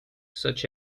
such